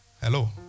Hello